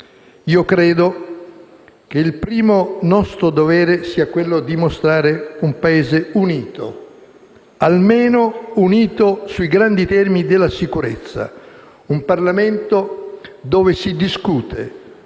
Io credo che il nostro primo dovere sia quello di mostrare un Paese unito; almeno unito sui grandi temi della sicurezza, un Parlamento dove si discute